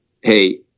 hey